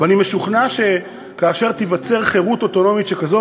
ואני משוכנע שכאשר תיווצר חירות אוטונומית כזאת,